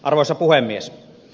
arvoisa puhemies